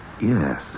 Yes